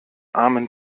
armen